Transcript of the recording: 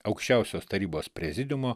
aukščiausios tarybos prezidiumo